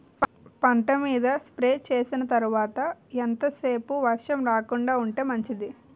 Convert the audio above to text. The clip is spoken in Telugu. పంట మీద స్ప్రే చేసిన తర్వాత ఎంత సేపు వర్షం రాకుండ ఉంటే మంచిది?